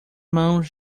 mãos